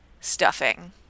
stuffing